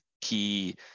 key